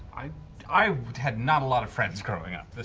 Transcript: i i had not a lot of friends growing up,